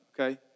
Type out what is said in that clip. Okay